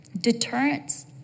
deterrence